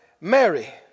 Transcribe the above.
Mary